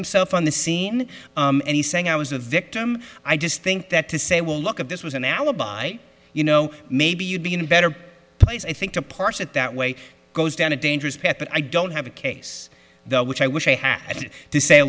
himself on the scene and he's saying i was a victim i just think that to say well look at this was an alibi you know maybe you'd be in a better place i think to parse it that way goes down a dangerous path but i don't have a case though which i wish a hat to say